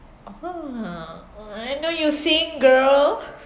(uh huh) I know you sing girl